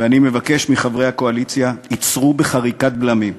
ואני מבקש מחברי הקואליציה: עצרו בחריקת בלמים.